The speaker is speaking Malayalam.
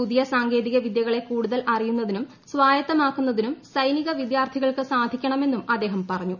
പുതിയ സാങ്കേതിക വിദ്യകളെ കൂടുതൽ അറിയുന്നതിനും സ്വായത്തമാക്കുന്നതിനും സൈനിക വിദ്യാർത്ഥികൾക്ക് സാധിക്കണമെന്നും അദ്ദേഹം പറഞ്ഞു